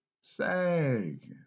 Sag